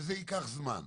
וזה ייקח זמן.